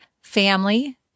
family